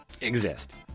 exist